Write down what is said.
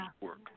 work